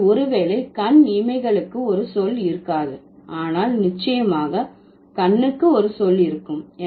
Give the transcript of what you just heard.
அதனால் ஒரு வேளை கண் இமைகளுக்கு ஒரு சொல் இருக்காது ஆனால் நிச்சயமாக கண்ணுக்கு ஒரு சொல் இருக்கும்